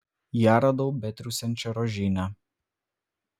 ją radau betriūsiančią rožyne